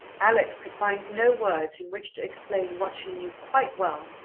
alex could find no words in which to explain what she knew quite well,